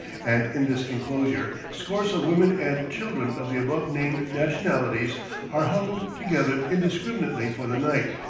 and in this enclosure scores of women and children of the above-named nationalities are huddled together indiscriminately for the night,